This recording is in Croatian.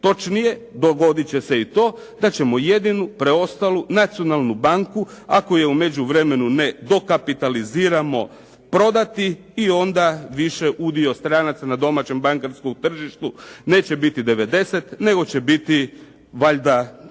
Točnije dogodit će se i to da ćemo jedinu preostalu nacionalnu banku, ako je u međuvremenu ne dokapitaliziramo prodati i onda više udio stranaca na domaćem bankarskom tržištu neće biti 90, nego će biti valjda